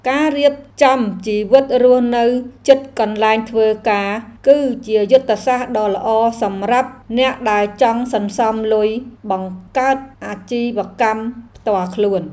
ការរៀបចំជីវិតរស់នៅជិតកន្លែងធ្វើការ គឺជាយុទ្ធសាស្ត្រដ៏ល្អសម្រាប់អ្នកដែលចង់សន្សំលុយបង្កើតអាជីវកម្មផ្ទាល់ខ្លួន។